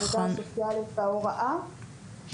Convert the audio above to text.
העובדים הסוציאליים וההוראה,